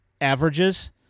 averages